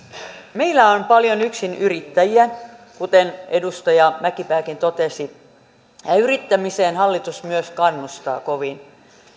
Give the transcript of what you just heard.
meillä on paljon yksinyrittäjiä kuten edustaja mäkipääkin totesi ja yrittämiseen hallitus myös kannustaa kovin